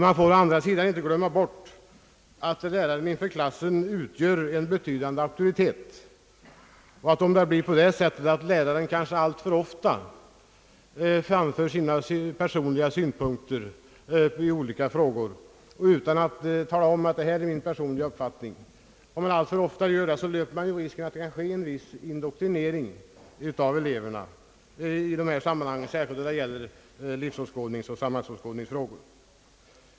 Man får å andra sidan inte glömma bort att läraren inför klassen utgör en betydande auktoritet och att det, om läraren alltför ofta ger uttryck för sina personliga värderingar i exempelvis politiska eller religiösa frågor, kan finnas stor risk för en indoktrinering av elevernas tänkande i dessa sammanhang.